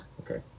Okay